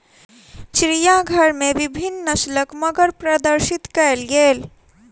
चिड़ियाघर में विभिन्न नस्लक मगर प्रदर्शित कयल गेल